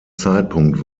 zeitpunkt